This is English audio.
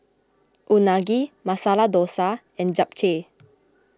Unagi Masala Dosa and Japchae